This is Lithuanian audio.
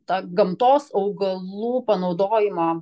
tą gamtos augalų panaudojimą